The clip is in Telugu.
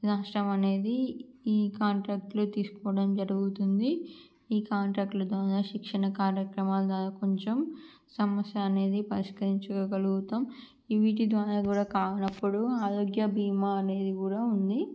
నష్టం అనేది ఈ కాంట్రాక్టరే తీసుకోవడం జరుగుతుంది ఈ కాంట్రాక్టులు ద్వారా శిక్షణ కార్యక్రమాలు ద్వారా కొంచెం సమస్య అనేది పరిష్కరించగలుగుతాము వీటి ద్వారా కూడా కానప్పుడు ఆరోగ్య భీమా అనేది కూడా ఉంది